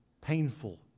painful